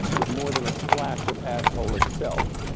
with more than a splash of asshole itself,